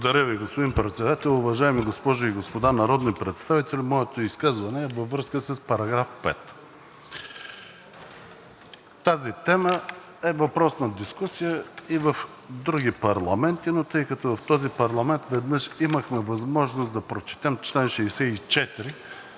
Благодаря Ви, господин Председател. Уважаеми госпожи и господа народни представители! Моето изказване е във връзка с § 5. Тази тема е въпрос на дискусия и в други парламенти, но тъй като в този парламент веднъж имахме възможност да прочетем чл. 64